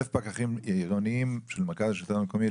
אלף פקחים עירוניים של מרכז השלטון המקומי,